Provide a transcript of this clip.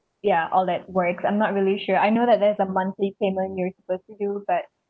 yeah all that works I'm not really sure I know that there's a monthly payment you're supposed to do but